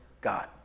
God